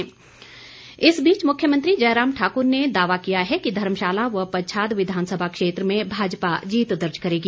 जयराम इस बीच मुख्यमंत्री जयराम ठाकुर ने दावा किया है कि धर्मशाला व पच्छाद विधानसभा क्षेत्र में भाजपा जीत दर्ज करेगी